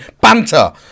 banter